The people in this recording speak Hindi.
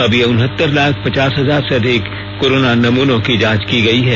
अब तक उनहत्तर लाख पचास हजार से अधिक कोरोना नमूनों की जांच की गई है